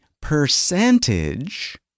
percentage